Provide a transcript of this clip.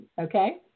Okay